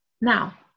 Now